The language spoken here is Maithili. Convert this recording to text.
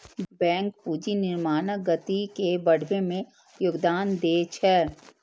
बैंक पूंजी निर्माणक गति के बढ़बै मे योगदान दै छै